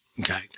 okay